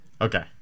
Okay